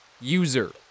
user